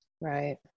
Right